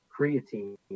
creatine